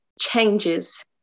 changes